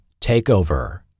Takeover